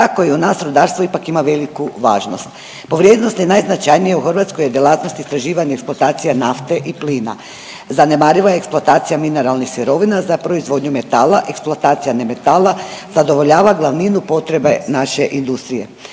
tako i u nas rudarstvo ipak ima veliku važnost. Po vrijednosti najznačajnija u Hrvatskoj je djelatnost istraživanja eksploatacije nafte i plina, zanemariva je eksploatacija mineralnih sirovina za proizvodnju metala, eksploatacija nemetala zadovoljava glavninu potrebe naše industrije,